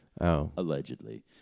allegedly